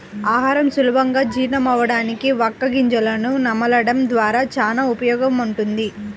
ఆహారం సులభంగా జీర్ణమవ్వడానికి వక్క గింజను నమలడం ద్వారా చానా ఉపయోగముంటది